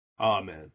Amen